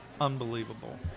unbelievable